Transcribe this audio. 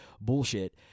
bullshit